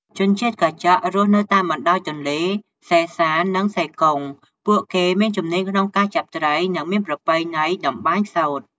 ជនជាតិកាចក់ រស់នៅតាមបណ្ដោយទន្លេសេសាន្ត និងសេកុង ពួកគេមានជំនាញក្នុងការចាប់ត្រី និងមានប្រពៃណីតម្បាញសូត្រ។